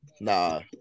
nah